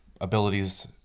abilities